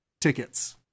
tickets